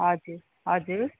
हजुर हजुर